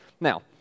Now